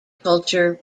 culture